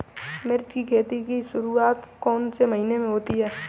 मिर्च की खेती की शुरूआत कौन से महीने में होती है?